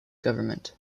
government